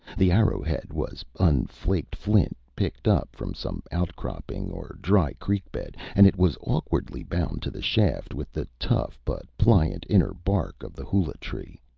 the arrowhead was unflaked flint picked up from some outcropping or dry creek bed, and it was awkwardly bound to the shaft with the tough but pliant inner bark of the hula-tree.